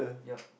ya